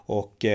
och